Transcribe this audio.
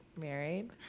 married